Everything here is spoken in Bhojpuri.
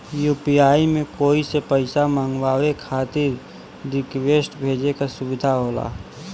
यू.पी.आई में कोई से पइसा मंगवाये खातिर रिक्वेस्ट भेजे क सुविधा होला